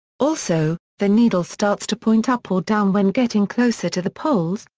also, the needle starts to point up or down when getting closer to the poles,